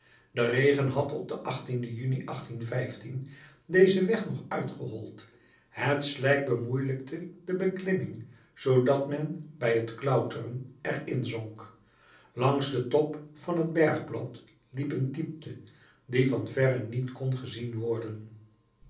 de regen had op den juni dezen weg nog uitgehold het slijk bemoeielijkte de beklimming zoodat men bij het klauteren er inzonk langs den top van het bergplat liep een diepte die van verre niet kon gezien worden